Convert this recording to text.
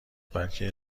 بلکه